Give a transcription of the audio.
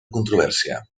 controvèrsia